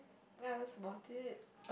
ya that's about it